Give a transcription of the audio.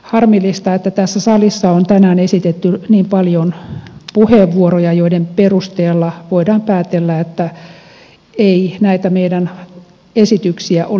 harmillista että tässä salissa on tänään esitetty niin paljon puheenvuoroja joiden perusteella voidaan päätellä että ei näitä meidän esityksiämme ole luettu